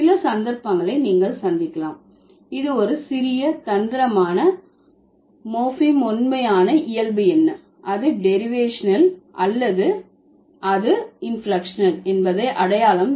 சில சந்தர்ப்பங்களை நீங்கள் சந்திக்கலாம் இது ஒரு சிறிய தந்திரமான அது morpheme உண்மையான இயல்பு என்ன அது டெரிவேஷனல் அல்லது அது இன்பிளெக்க்ஷனல் என்பதை அடையாளம்